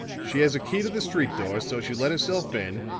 she has a key to the street door so she let herself in,